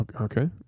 Okay